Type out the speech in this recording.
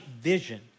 vision